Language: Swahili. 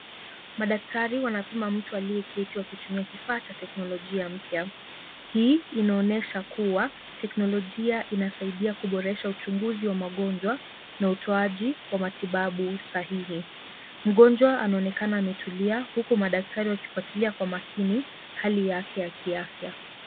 Madaktari wanapima mtu aliyeketi wakitumia kifaa cha teknolojia mpya. Hii inaonyesha kuwa teknolojia inasadia kuboresha uchunguzi wa magonjwa na utoaji wa matibabu sahihi. Mgonjwa anaonekana ametulia huku madaktari wakifatilia kwa makini hali yake ya kiafya.